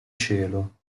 cielo